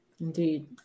Indeed